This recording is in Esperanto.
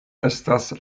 estas